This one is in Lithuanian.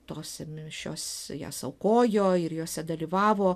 tos mišios jas aukojo ir jose dalyvavo